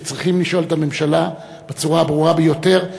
שצריכים לשאול את הממשלה בצורה הברורה ביותר,